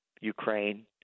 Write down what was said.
Ukraine